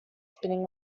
spinning